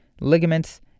ligaments